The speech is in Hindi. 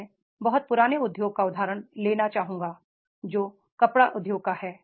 मैं बहुत पुराने उद्योग का उदाहरण लेना चाहूंगा जो कपड़ा उद्योग का है